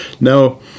now